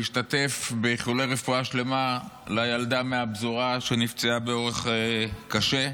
להשתתף באיחולי רפואה שלמה לילדה מהפזורה שנפצעה באורח קשה.